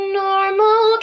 normal